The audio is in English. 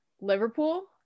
Liverpool